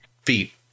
feet